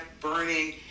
burning